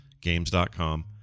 Games.com